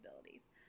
abilities